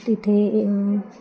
तिथे